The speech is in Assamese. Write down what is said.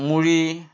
মুড়ি